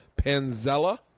panzella